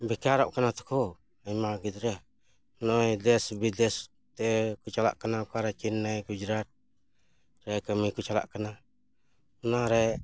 ᱵᱮᱠᱟᱨᱚᱜ ᱠᱟᱱᱟ ᱛᱚᱠᱚ ᱟᱭᱢᱟ ᱜᱤᱫᱽᱨᱟᱹ ᱱᱚᱜᱼᱚᱭ ᱫᱮᱥᱼᱵᱤᱫᱮᱥ ᱛᱮᱠᱚ ᱪᱟᱞᱟᱜ ᱠᱟᱱᱟ ᱚᱠᱟᱨᱮ ᱪᱮᱱᱱᱟᱭ ᱜᱩᱡᱽᱨᱟᱴ ᱨᱮ ᱠᱟᱹᱢᱤ ᱠᱚ ᱪᱟᱞᱟᱜ ᱠᱟᱱᱟ ᱚᱱᱟᱨᱮ